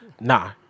Nah